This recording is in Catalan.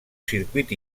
circuit